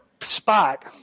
spot